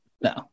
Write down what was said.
no